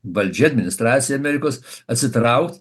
valdžia administracija amerikos atsitraukt